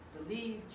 Believe